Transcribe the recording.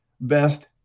best